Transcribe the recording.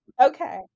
Okay